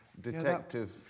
detective